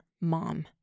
mom